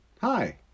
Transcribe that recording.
Hi